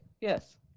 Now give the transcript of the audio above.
Yes